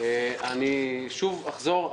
אחזור שוב: